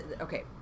Okay